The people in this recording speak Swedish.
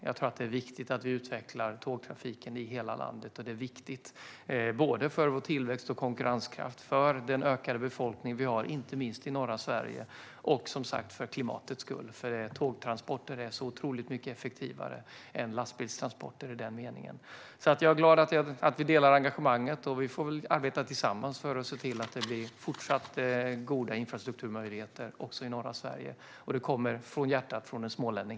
Jag tror att det är viktigt att vi utvecklar tågtrafiken i hela landet. Detta är viktigt både för vår tillväxt, för vår konkurrenskraft och för den ökade befolkningen, inte minst i norra Sverige, och, som sagt, för klimatets skull. Tågtransporter är så otroligt mycket effektivare än lastbilstransporter i den meningen. Jag är glad att vi delar engagemanget. Vi får väl arbeta tillsammans för att se till att det även fortsatt finns goda infrastrukturmöjligheter också i norra Sverige. Det kommer från hjärtat, från en smålänning.